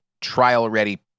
trial-ready